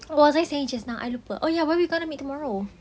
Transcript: what was I saying just now I lupa oh ya where we gonna meet tomorrow